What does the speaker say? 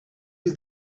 you